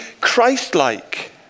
Christ-like